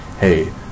hey